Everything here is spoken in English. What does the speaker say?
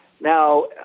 Now